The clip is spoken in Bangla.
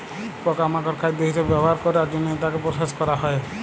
পকা মাকড় খাদ্য হিসবে ব্যবহার ক্যরের জনহে তাকে প্রসেস ক্যরা হ্যয়ে হয়